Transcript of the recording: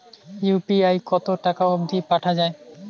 UPI কতো টাকা অব্দি পাঠা যায়?